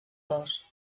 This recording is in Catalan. dos